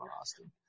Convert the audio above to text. Austin